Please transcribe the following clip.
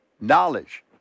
knowledge